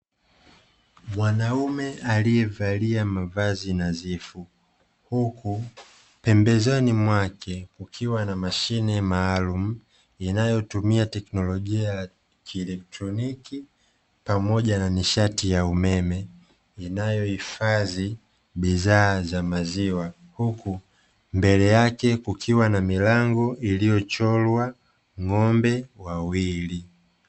Mwanaume aliyevalia mavazi nadhifu, huku pembezoni mwake kukiwa na mashine maalumu inayotumia teknolojia ya kieletroniki pamoja na nishati ya umeme, inayohifadhi bidhaa za maziwa huku mbele yake kukiwa na milango iliyochorwa ng'ombe wawili.